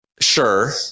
Sure